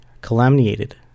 calumniated